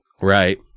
Right